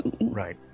Right